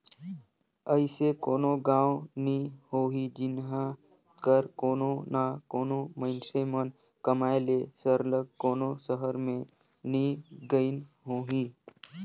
अइसे कोनो गाँव नी होही जिहां कर कोनो ना कोनो मइनसे मन कमाए ले सरलग कोनो सहर में नी गइन होहीं